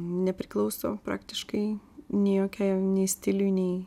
nepriklauso praktiškai nei jokiai nei stiliui nei